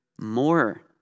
more